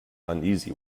uneasy